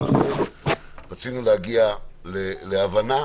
הנושא ניסינו לנסות להגיע להבנה,